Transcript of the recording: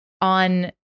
on